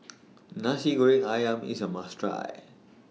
Nasi Goreng Ayam IS A must Try